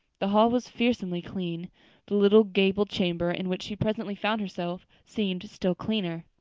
the hall was fearsomely clean the little gable chamber in which she presently found herself seemed still cleaner.